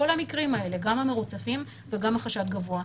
המקרים האלה גם המרוצפים וגם המקרים בחשד גבוה.